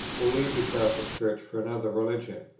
who leave the catholic church for another religion,